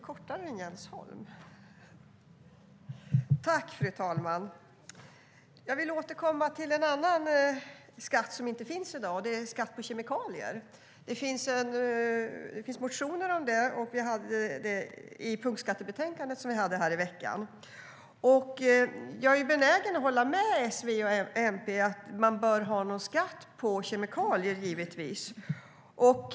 Fru talman! Jag vill återkomma till en annan skatt som inte finns i dag, och det är skatt på kemikalier. Det finns motioner om det i punktskattebetänkandet som vi behandlade här i veckan. Jag är benägen att hålla med S, V och MP att man givetvis bör ha en skatt på kemikalier.